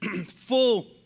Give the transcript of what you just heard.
full